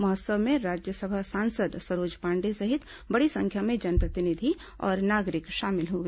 महोत्सव में राज्यसभा सांसद सरोज पांडेय सहित बड़ी संख्या में जनप्रतिनिधि और नागरिक शामिल हुए